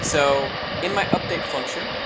so in my update function,